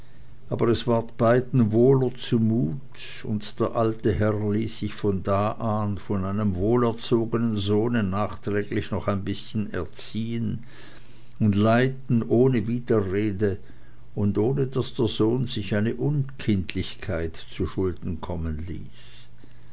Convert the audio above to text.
aber es ward beiden wohler zu mut und der alte herr ließ sich von da an von seinem wohlerzogenen sohne nachträglich noch ein bißchen erziehen und leiten ohne widerrede und ohne daß der sohn sich eine unkindlichkeit zuschulden kommen ließ